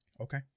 Okay